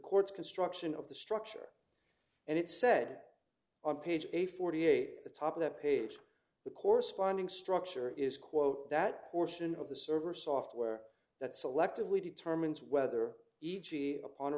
court's construction of the structure and it said on page eight forty eight the top of the page the corresponding structure is quote that portion of the server software that selectively determines whether e g upon a